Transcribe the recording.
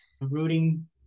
rooting